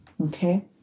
Okay